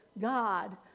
God